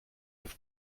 auf